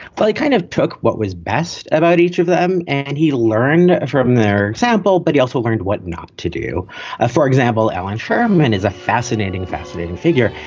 well, he kind of took what was best about each of them, and he learned from their example. but he also learned what not to do ah for example, allan sherman is a fascinating, fascinating figure.